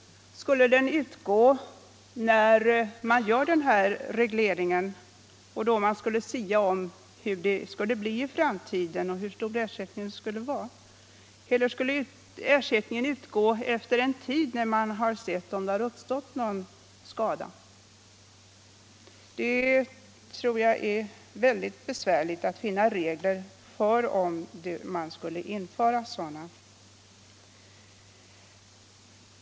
Skulle denna utgå när regleringen görs? I så fall måste man sia om hur utvecklingen blir i framtiden. Eller skall ersättningen utgå efter en tid, när man har sett om någon skada har uppstått?